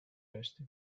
resti